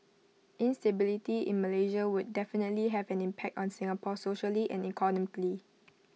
instability in Malaysia would definitely have an impact on Singapore socially and economically